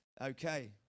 Okay